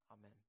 amen